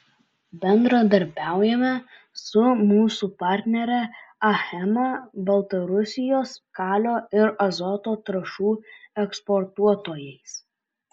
bendradarbiaujame su mūsų partnere achema baltarusijos kalio ir azoto trąšų eksportuotojais